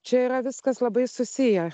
čia yra viskas labai susiję